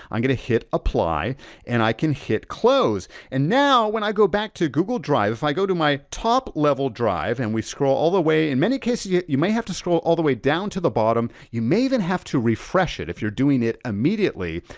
i'm gonna hit apply and i can hit close and now, when i go back to google drive, if i go to my top level drive and we scroll all the way. in many cases yeah you may have to scroll all the way down to the bottom, you may even have to refresh it if you're doing it immediately.